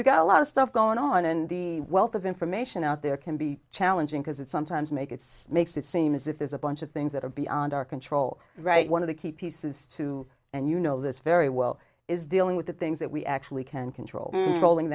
we've got a lot of stuff going on in the wealth of information out there can be challenging because it sometimes make its makes it seem as if there's a bunch of things that are beyond our control right one of the key pieces to and you know this very well is dealing with the things that we actually can control rolling